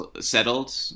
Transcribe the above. settled